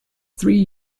three